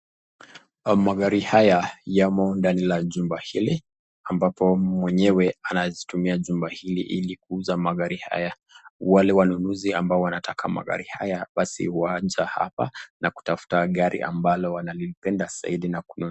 Magari haya yamo ndani la jumba hili, ambapo mwenyewe anazitumia jumba hili ili, kuuza magari haya, wale wanunuzi ambaye wanataka magari haya basi waje hapa, na kutafuta gari ambalo wamependa zaidi na kununua.